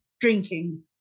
drinking